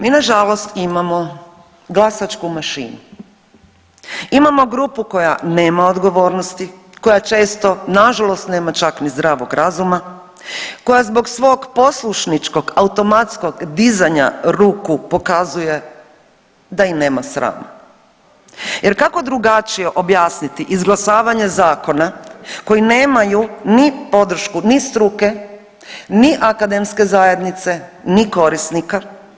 Mi nažalost imamo glasačku mašinu, imamo grupu koja nema odgovornosti, koja često nažalost nema čak ni zdravog razuma, koja zbog svog poslušničkog automatskog dizanja ruku pokazuje da i nema sram jer kako drugačije objasniti izglasavanje zakona koji nemaju ni podršku ni struke, ni akademske zajednice, ni korisnika?